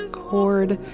chord,